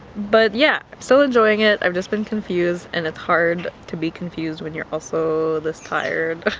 but yeah, still enjoying it, i've just been confused and it's hard to be confused when you're also this tired